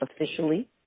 officially